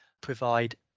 provide